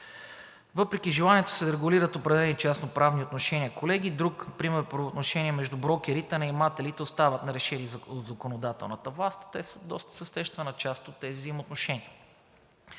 Въпреки желанието си да регулират определени частноправни отношения, колеги, друг пример по отношение брокери – наематели, остават нерешени от законодателната власт. Те са доста съществена част от тези взаимоотношения.